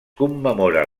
commemora